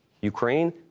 Ukraine